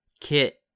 kit